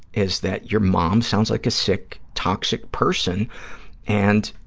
is that your mom sounds like a sick, toxic person and